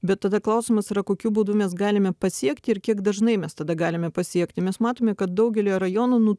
bet tada klausimas yra kokiu būdu mes galime pasiekti ir kiek dažnai mes tada galime pasiekti mes matome kad daugelyje rajonų nu